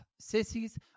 sissies